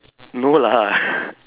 no lah